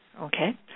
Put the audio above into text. Okay